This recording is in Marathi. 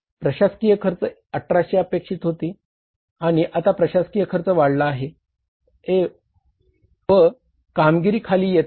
प्रशासकीय खर्च 1800 अपेक्षित होती आणि आता प्रशासकीय खर्च वाढला आहे व कामगिरी खाली येत आहे